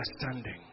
understanding